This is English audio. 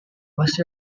was